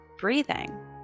breathing